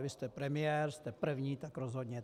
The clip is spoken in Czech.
Vy jste premiér, jste první, tak rozhodněte.